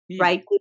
right